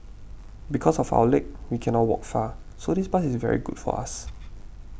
because of our leg we cannot walk far so this bus is very good for us